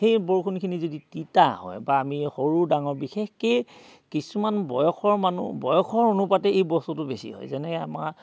সেই বৰষুণখিনি যদি তিতা হয় বা আমি সৰু ডাঙৰ বিশেষকৈ কিছুমান বয়সৰ মানুহ বয়সৰ অনুপাতে এই বস্তুটো বেছি হয় যেনেকৈ আমাৰ